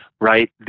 right